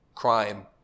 crime